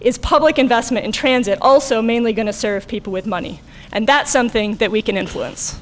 is public investment in transit also mainly going to serve people with money and that's something that we can influence